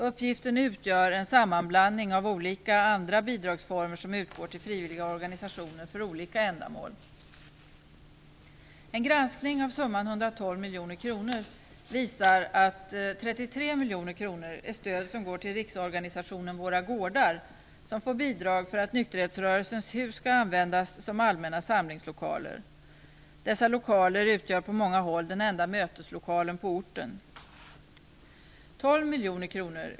Uppgiften utgör en sammanblandning av olika andra bidragsformer som utgår till frivilliga organisationer för olika ändamål. En granskning av summan 112 miljoner kronor visar att 33 miljoner kronor är stöd som går till Riksorganisationen Våra Gårdar, som får bidrag för att nykterhetsrörelsens hus skall användas som allmänna samlingslokaler. Dessa lokaler utgör på många håll den enda möteslokalen på orten.